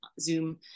zoom